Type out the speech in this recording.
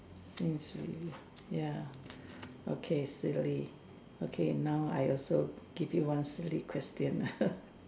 since we ya okay silly okay now I also give you one silly question lah